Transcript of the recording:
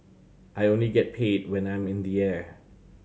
I only get paid when I'm in the air